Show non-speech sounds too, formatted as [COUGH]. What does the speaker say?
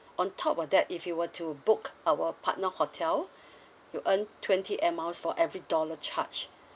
on top of that if you were to book our partner hotel [BREATH] you earn twenty air miles for every dollar charged